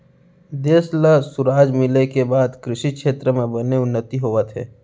देस ल सुराज मिले के बाद कृसि छेत्र म बने उन्नति होवत हे